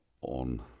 on